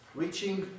reaching